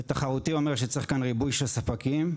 ותחרותי אומר שצריך כאן ריבוי של ספקים,